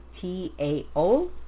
T-A-O